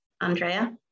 Andrea